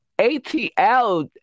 ATL